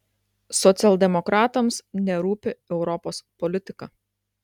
socialdemokratams nerūpi europos politika